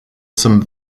some